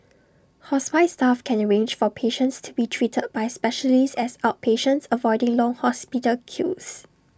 hospice staff can arrange for patients to be treated by specialists as outpatients avoiding long hospital queues